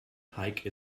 hike